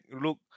Look